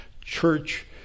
church